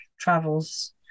travels